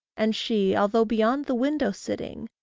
and she, although beyond the window sitting,